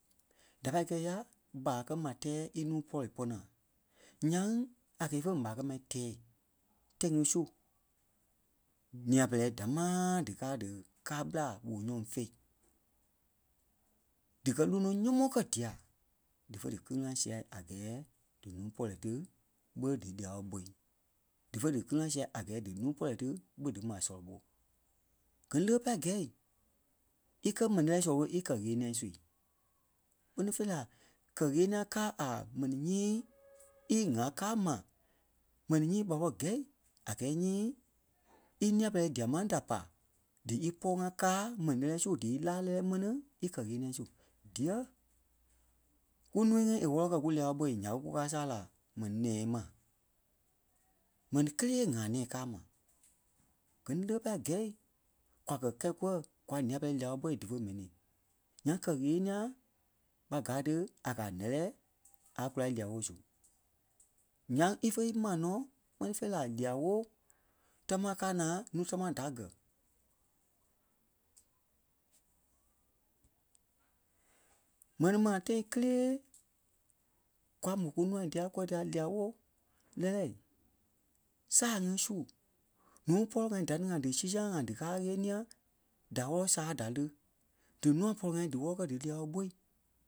da pâi kɛ́i ya ɓâa kɛ́ maa tɛɛ ínuu pɔlɔ pɔ́ naa. Nyaŋ a kɛ́ ífe m̀âa kɛ́ maa tɛɛ tãi ŋí su nîa-pɛlɛɛ damaaa díkaa díkâai ɓelai woo nyɔŋ féi. Díkɛ lónoi nyɔmɔɔ kɛ́ dia dífe dí kili-ŋa sia a gɛɛ di nùu pɔlɔ tí ɓé dí lia-wóo ɓôi. Dífe dí kili-ŋa sia a gɛɛ dí nuu pɔlɔ tí ɓe dímaa sɔlɔ ɓo. Gɛ́ ni le ɓé pâi gɛ̂i íkɛ mɛnii lɛ́lɛɛ sɔlɔ ɓó íkɛ ɣeniɛ su. Kpɛ́ni fêi la kɛ́ ɣeniɛi káa a mɛni nyii í ŋaa káa ma, mɛni nyii ɓa pɔri gɛ̀i a gɛɛ nyii í nîa-pɛlɛɛ dia máŋ da pai dí ípɔɔ ŋa káa mɛni lɛ́lɛ su dí í láa lɛ́lɛɛ mɛni íkɛ ɣeniɛ su. Díyɛɛ kúnuu ŋí é wɔ́lɔ kɛ́ kúlia-woo ɓôi nya ɓe kúkaa saa la mɛni nɛ̃ɛ ma. Mɛni kélee ŋa nɛ̃ɛ káa ma. Gɛ́ ni le ɓé pâi gɛ̂i kwa kɛ̀ kɛ̂i kûɛi kwa nîa-pɛlɛɛ lia-woo-ɓo dífe mɛnii. Nyaŋ kɛ́ ɣeniɛ ɓa gáa tí a ka a lɛ́lɛɛ a kùla lía-woo su. Ńyaŋ ífe í maa nɔ́ kpɛ́ni fêi la lia-woo támaa káa naa nuu tamaa da gɛ̂. Mɛni ma tãi kelee kwa mó kúnua dîa kwa dîa lia-woo lɛ́lɛɛ saa ŋí su nuu pɔlɔ-ŋai da ní ŋai dí si sãa ŋai díkaa ŋeniɛi da wɔ́lɔ saa da lí. Dí nûa pɔlɔ-ŋai díwɔlɔ kɛ́ dí lia-woo ɓó